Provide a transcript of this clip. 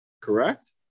correct